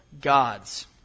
gods